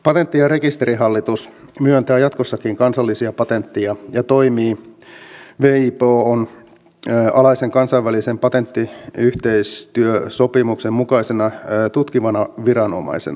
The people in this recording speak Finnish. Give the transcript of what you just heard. patentti ja rekisterihallitus myöntää jatkossakin kansallisia patentteja ja toimii wipon alaisen kansainvälisen patenttiyhteistyösopimuksen mukaisena tutkivana viranomaisena